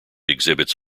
exhibits